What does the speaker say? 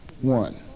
one